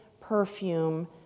perfume